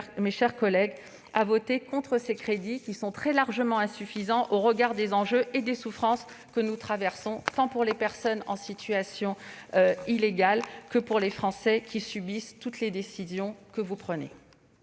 mes chers collègues, à voter contre ces crédits, qui sont très largement insuffisants au regard des enjeux et des souffrances vécues tant par les personnes en situation illégale que par les Français qui subissent toutes les décisions que prend